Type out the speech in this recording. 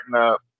up